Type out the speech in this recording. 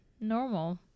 normal